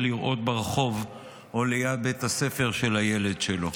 לראות ברחוב או ליד בית הספר של הילד שלו.